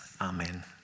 Amen